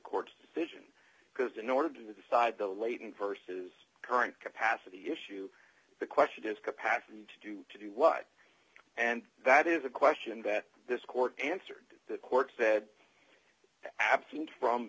court's decision because in order to decide the latent versus current capacity issue the question is capacity to do to do what and that is a question that this court answered to the court said absent from